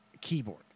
keyboard